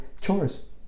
chores